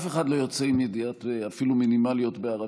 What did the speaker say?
אף אחד לא יוצא אפילו עם ידיעות מינימליות בערבית,